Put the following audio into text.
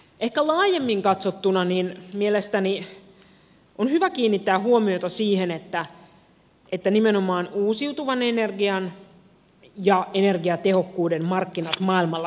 ehkä laajemmin katsottuna mielestäni on hyvä kiinnittää huomiota siihen että nimenomaan uusiutuvan energian ja energiatehokkuuden markkinat maailmalla kasvavat